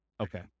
Okay